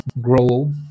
grow